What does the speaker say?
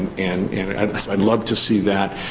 and i'd love to see that.